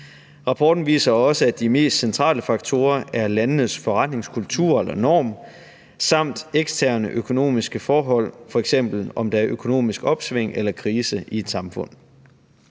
Rapporten viser også, at de mest centrale faktorer er landenes forretningskultur eller -norm samt eksterne økonomiske forhold, f.eks. om der er økonomisk opsving eller krise i et samfund.